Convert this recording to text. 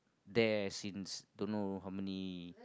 there since don't know how many